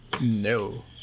No